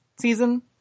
season